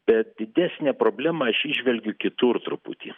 bet didesnę problemą aš įžvelgiu kitur truputį